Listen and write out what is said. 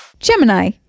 Gemini